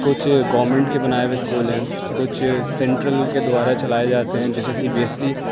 کچھ گورنمنٹ کے بنائے ہوئے اسکول ہیں کچھ سینٹرل کے دوارا چلائے جاتے ہیں جیسے سی بی ایس ای